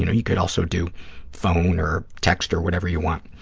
you know, you could also do phone or text or whatever you want.